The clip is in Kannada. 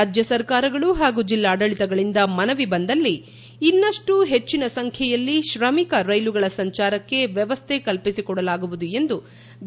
ರಾಜ್ಯ ಸರ್ಕಾರಗಳು ಹಾಗೂ ಜಿಲ್ಲಾಡಳಿತಗಳಿಂದ ಮನವಿ ಬಂದಲ್ಲಿ ಇನ್ನಷ್ಟು ಹೆಚ್ಚಿನ ಸಂಖ್ಯೆಯಲ್ಲಿ ಶ್ರಮಿಕ ರೈಲುಗಳ ಸಂಚಾರಕ್ಕೆ ವ್ಯವಸ್ಥೆ ಕಲ್ಪಿಸಿಕೊಡಲಾಗುವುದು ಎಂದು ವಿ